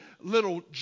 little